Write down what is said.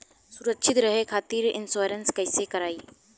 सुरक्षित रहे खातीर इन्शुरन्स कईसे करायी?